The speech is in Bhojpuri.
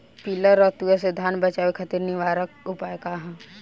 पीला रतुआ से धान बचावे खातिर निवारक उपाय का ह?